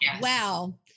Wow